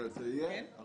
זה יהיה משמעותית יותר.